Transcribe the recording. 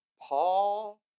Paul